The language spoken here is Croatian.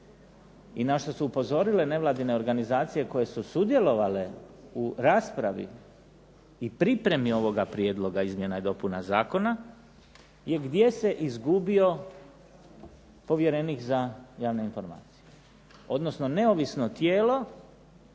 i na što su upozorile nevladine organizacije koje su sudjelovale u raspravi i pripremi ovoga prijedloga izmjena i dopuna zakona, i gdje se izgubio povjerenik za javne informacije, odnosno neovisno tijelo